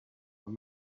were